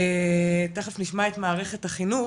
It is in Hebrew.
תיכף נשמע את מערכת החינוך,